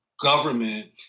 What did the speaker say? government